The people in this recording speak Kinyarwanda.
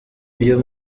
uyu